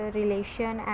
relation